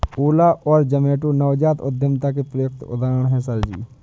ओला और जोमैटो नवजात उद्यमिता के उपयुक्त उदाहरण है सर जी